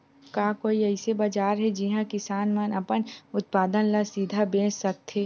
का कोई अइसे बाजार हे जिहां किसान मन अपन उत्पादन ला सीधा बेच सकथे?